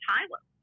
Tyler